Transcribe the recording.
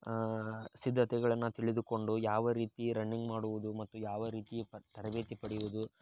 ಸಿದ್ಧತೆಗಳನ್ನು ತಿಳಿದುಕೊಂಡು ಯಾವ ರೀತಿ ರನ್ನಿಂಗ್ ಮಾಡುವುದು ಮತ್ತು ಯಾವ ರೀತಿ ತರಬೇತಿ ಪಡೆಯುವುದು